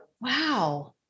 Wow